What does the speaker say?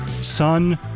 son